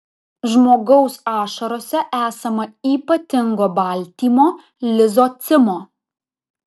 žmogaus ašarose esama ypatingo baltymo lizocimo